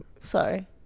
Sorry